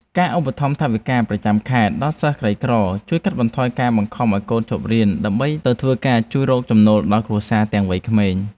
ការឧបត្ថម្ភថវិកាប្រចាំខែដល់សិស្សក្រីក្រជួយកាត់បន្ថយការបង្ខំឱ្យកូនឈប់រៀនដើម្បីទៅធ្វើការជួយរកចំណូលដល់គ្រួសារទាំងវ័យក្មេង។